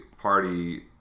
party